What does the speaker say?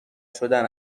شدن